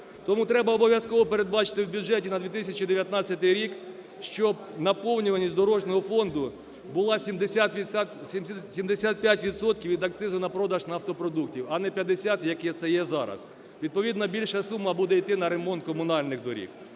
Тому треба обов'язково передбачити у бюджеті на 2019 рік, щоб наповнюваність дорожнього фонду була 75 відсотків від акцизу на продаж нафтопродуктів, а не 50, як це є зараз. Відповідно більша сума буде йти на ремонт комунальних доріг.